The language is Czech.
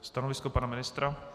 Stanovisko pana ministra?